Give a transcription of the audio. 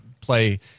play